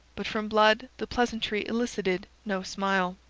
but from blood the pleasantry elicited no smile.